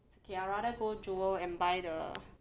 it's okay I rather go jewel and buy the